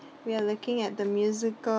we are looking at the musical